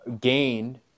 gained